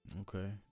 Okay